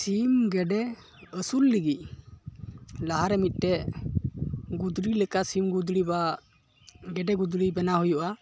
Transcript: ᱥᱤᱢ ᱜᱮᱰᱮ ᱟᱹᱥᱩᱞ ᱞᱟᱹᱜᱤᱫ ᱞᱟᱦᱟᱨᱮ ᱢᱤᱚᱫᱴᱮᱱ ᱜᱩᱫᱽᱲᱤ ᱞᱮᱠᱟ ᱥᱤᱢ ᱜᱩᱫᱽᱲᱤ ᱵᱟ ᱜᱮᱰᱮ ᱜᱩᱫᱽᱲᱤ ᱵᱮᱱᱟᱣ ᱦᱩᱭᱩᱜᱼᱟ